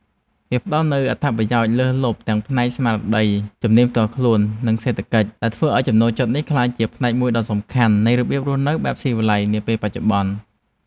វាផ្ដល់នូវអត្ថប្រយោជន៍លើសលប់ទាំងផ្នែកស្មារតី ជំនាញផ្ទាល់ខ្លួន និងសេដ្ឋកិច្ច ដែលធ្វើឱ្យចំណូលចិត្តនេះក្លាយជាផ្នែកមួយដ៏សំខាន់នៃរបៀបរស់នៅបែបស៊ីវិល័យនាពេលបច្ចុប្បន្ន។